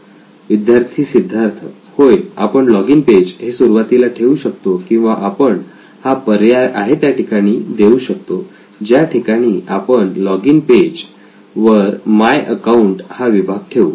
विद्यार्थी सिद्धार्थ होय आपण लॉगिन पेज हे सुरुवातीला ठेवू शकतो किंवा आपण हा पर्याय आहे त्या ठिकाणी देऊ शकतो ज्या ठिकाणी आपण लॉगिन पेज वर माय अकाउंट हा विभाग ठेवू